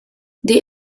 they